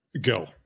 go